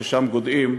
ששם גודעים,